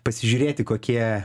pasižiūrėti kokie